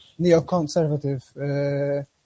neoconservative